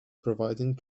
providing